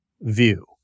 View